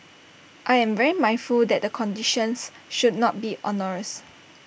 I am very mindful that the conditions should not be onerous